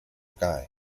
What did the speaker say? guy